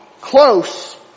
close